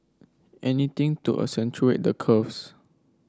anything to accentuate the curves